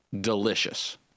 Delicious